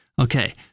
okay